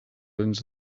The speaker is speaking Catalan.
anys